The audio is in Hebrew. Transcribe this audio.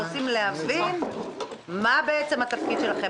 רוצים להבין מה בעצם התפקיד שלכם,